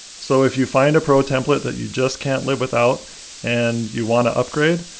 so if you find a pro template that you just can't live without and you want to upgrade,